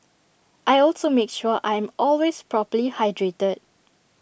I also make sure I am always properly hydrated